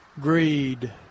greed